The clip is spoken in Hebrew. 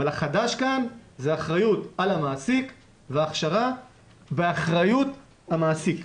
אבל החדש כאן זה אחריות על המעסיק והכשרה באחריות המעסיק.